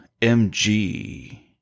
MG